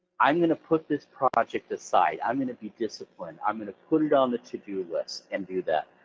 i'm going to put this project aside, i'm going to be disciplined, i'm going to put it on the to do list, and do that.